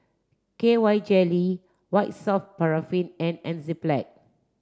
K Y jelly White soft paraffin and Enzyplex